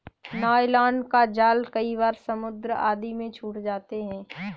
nylon का जाल कई बार समुद्र आदि में छूट जाते हैं